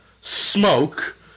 Smoke